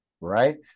right